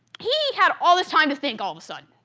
he had all this time to think all of a sudden.